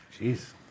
Jeez